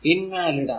in valid ആണ്